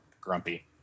grumpy